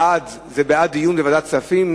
בעד, זה בעד דיון בוועדת הכספים.